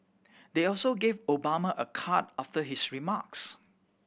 they also gave Obama a card after his remarks